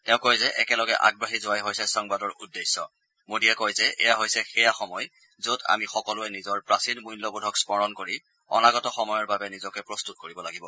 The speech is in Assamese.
তেওঁ কয় যে একেলগে আগবাঢ়ি যোৱাই হৈছে সংবাদৰ উদ্দেশ্য মোডীয়ে কয় যে এয়া হৈছে সেয়া সময় যত আমি সকলোৱে নিজৰ প্ৰাচীন মূল্যবোধক স্মৰণ কৰি অনাগত সময়ৰ বাবে নিজকে প্ৰস্তুত কৰিব লাগিব